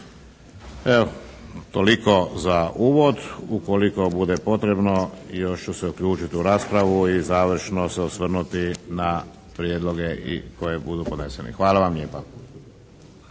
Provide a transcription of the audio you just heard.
Evo, toliko za uvod. Ukoliko bude potrebno još ću se uključiti u raspravu i završno se osvrnuti na prijedloge i koje budu podneseni. Hvala vam lijepa.